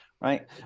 right